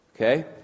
Okay